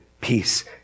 peace